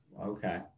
Okay